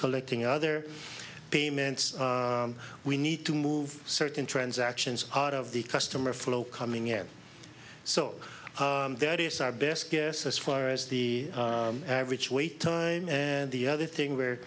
collecting other payments we need to move certain transactions out of the customer flow coming in so that is our best guess as far as the average wait time and the other thing we're